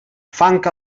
fang